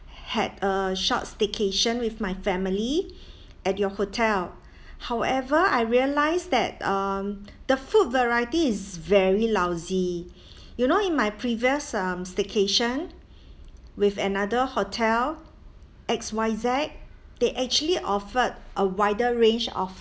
had a short staycation with my family at your hotel however I realised that um the food variety is very lousy you know in my previous um staycation with another hotel X Y Z they actually offered a wider range of